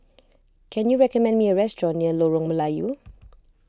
can you recommend me a restaurant near Lorong Melayu